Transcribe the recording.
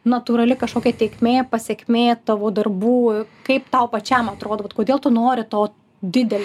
natūrali kažkokia tėkmė pasekmė tavo darbų kaip tau pačiam atrodo vat kodėl tu nori to didelio